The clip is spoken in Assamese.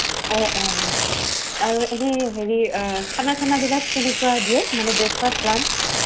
অঁ অঁ আৰু এনেই হেৰি খানা চানাবিলাক কেনেকুৱা দিয়ে মানে ব্ৰেকফাষ্ট লাঞ্চ